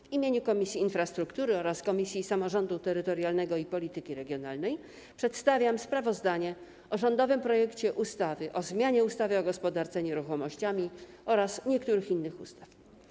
W imieniu Komisji Infrastruktury oraz Komisji Samorządu Terytorialnego i Polityki Regionalnej przedstawiam sprawozdanie o rządowym projekcie ustawy o zmianie ustawy o gospodarce nieruchomościami oraz niektórych innych ustaw.